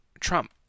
Trump